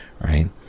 right